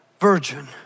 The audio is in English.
virgin